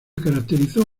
caracterizó